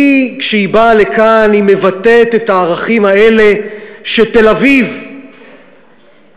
כשהיא באה לכאן היא מבטאת את הערכים האלה שתל-אביב מבטאת